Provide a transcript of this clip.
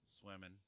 swimming